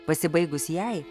pasibaigus jai